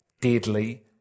deadly